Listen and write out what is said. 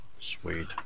Sweet